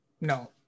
no